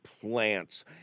plants